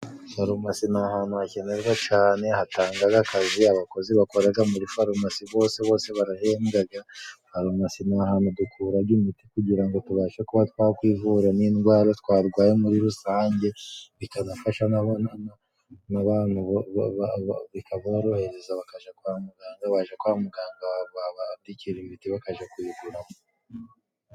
Farumasi ni ahantu hakenerwa cane hatangaga akaza abakozi bakoraga muri farumasi bose bose barahembwaga , farumasi ni ahantu dukuraraga imiti kugira ngo tubashe kuba twakwivura n'indwara twarwaye muri rusange bikanabafasha n'abantu bikaborohereza bakaja kwa muganga, baja kwa muganga babandikira imiti bakaja kuyiguramo.